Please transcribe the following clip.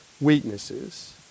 weaknesses